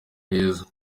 heza